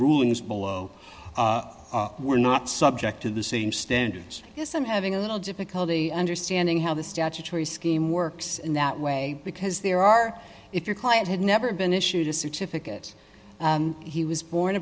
rulings below were not subject to the same standards yes i'm having a little difficulty understanding how the statutory scheme works in that way because there are if your client had never been issued a certificate and he was born